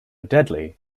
deadly